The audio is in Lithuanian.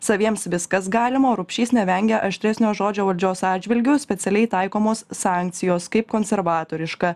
saviems viskas galima o rupšys nevengia aštresnio žodžio valdžios atžvilgiu specialiai taikomos sankcijos kaip konservatoriška